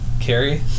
Carrie